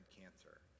cancer